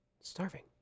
starving